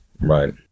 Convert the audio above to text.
Right